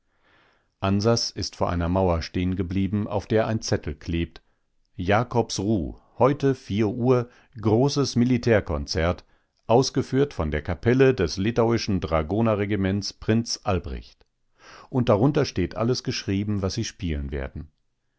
ansas ist vor einer mauer stehen geblieben auf der ein zettel klebt jakobsruh heute vier uhr grosses militärkonzert ausgeführt von der kapelle des litauischen dragonerregiments prinz albrecht und darunter steht alles gedruckt was sie spielen werden